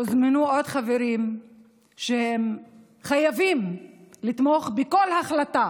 הוזמנו עוד חברים שחייבים לתמוך בכל החלטה